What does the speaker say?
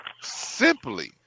simply